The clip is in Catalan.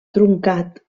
truncat